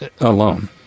alone